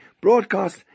broadcast